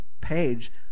page